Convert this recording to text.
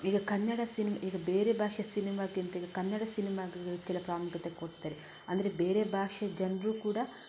ಈಗ ಕನ್ನಡ ಸಿನಿ ಈಗ ಬೇರೆ ಭಾಷೆ ಸಿನಿಮಾಕ್ಕಿಂತ ಈಗ ಕನ್ನಡ ಸಿನಿಮಾಗೆ ಕೆಲ ಪ್ರಾಮುಖ್ಯತೆ ಕೊಡ್ತಾರೆ ಅಂದರೆ ಬೇರೆ ಭಾಷೆ ಜನರೂ ಕೂಡ